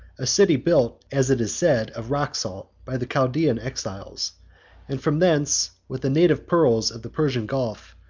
a city built, as it is said, of rock-salt, by the chaldaean exiles and from thence with the native pearls of the persian gulf,